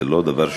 זה לא דבר,